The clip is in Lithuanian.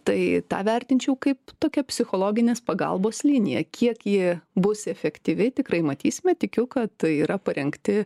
tai tą vertinčiau kaip tokia psichologinės pagalbos linija kiek ji bus efektyvi tikrai matysime tikiu kad yra parengti